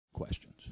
questions